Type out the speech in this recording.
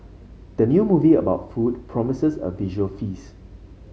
the new movie about food promises a visual feast